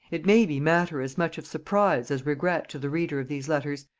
it may be matter as much of surprise as regret to the reader of these letters,